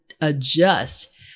adjust